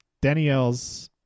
Danielle's